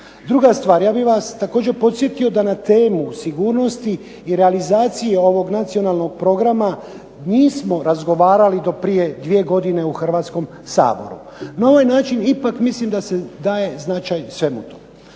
Druga stvar, ja bi vas također podsjetio da na temu sigurnosti i realizacije ovog nacionalnog programa nismo razgovarali do prije dvije godine u Hrvatskom saboru. Na ovaj način ipak mislim da se daje značaj svemu tome.